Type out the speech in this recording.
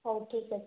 ହେଉ ଠିକ ଅଛି